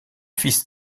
fils